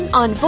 on